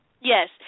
Yes